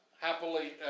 happily